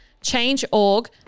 Change.org